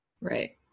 Right